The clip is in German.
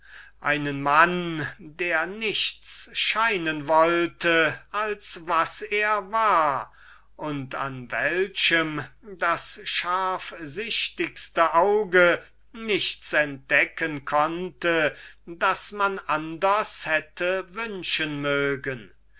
einen mann der nichts zu sein scheinen wollte als was er würklich war und an welchem das scharfsichtigste auge nichts entdecken konnte das man anders hätte wünschen mögen